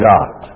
God